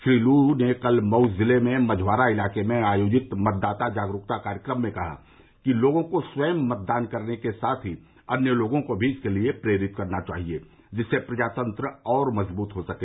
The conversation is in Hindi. श्री लू ने कल मऊ जिले के मझवारा इलाके में आयोजित मतदाता जागरूकता कार्यक्रम में कहा कि लोगों को स्वयं मतदान करने के साथ ही अन्य लोगों को भी इसके लिये प्रेरित करना चाहिये जिससे प्रजातंत्र और मजबूत हो सके